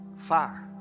Fire